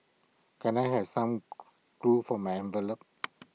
can I have some glue for my envelopes